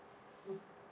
mm